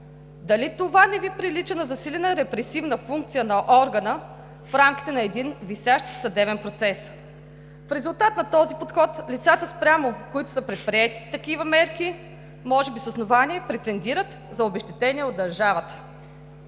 Дали това не Ви прилича на засилена репресивна функция на органа в рамките на един висящ съдебен процес? В резултат на този подход лицата, спрямо които са предприети такива мерки, може би с основание претендират за обезщетение от държавата.